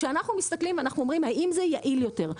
כשאנחנו מסתכלים ובודקים מה יהיה יעיל יותר,